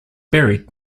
buried